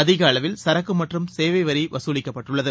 அதிக அளவில் சரக்கு மற்றும் சேவை வரி வசூலிக்கப்பட்டுள்ளது